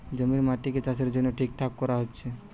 জমির মাটিকে চাষের জন্যে ঠিকঠাক কোরা হচ্ছে